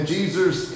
Jesus